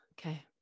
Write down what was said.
Okay